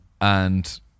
And-